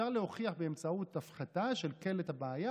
אפשר להוכיח באמצעות הפחתה של קלט הבעיה